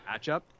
matchup